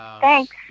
Thanks